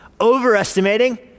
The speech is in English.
Overestimating